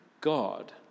God